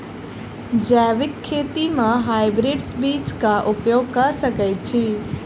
जैविक खेती म हायब्रिडस बीज कऽ उपयोग कऽ सकैय छी?